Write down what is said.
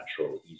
natural